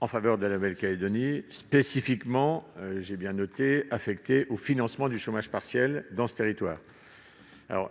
en faveur de la Nouvelle-Calédonie, spécifiquement affectés au financement du chômage partiel dans ce territoire.